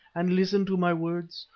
and listen to my words,